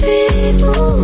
People